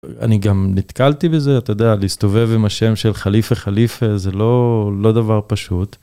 אני גם נתקלתי בזה, אתה יודע, להסתובב עם השם של חליפה חליפה זה לא דבר פשוט.